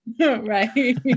right